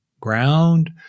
ground